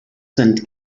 sind